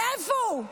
איפה הוא?